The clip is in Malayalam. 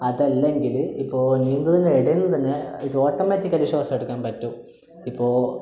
അതല്ലെങ്കില് ഇപ്പോൾ നീന്തുന്നതിന് ഇടയിൽ നിന്ന് തന്നെ ഇത് ഓട്ടോമേറ്റിക്കലി ശ്വാസം എടുക്കാൻ പറ്റും ഇപ്പോൾ